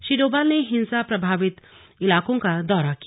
श्री डोभाल ने हिंसा प्रभावित इलाकों का दौरा किया